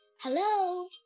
Hello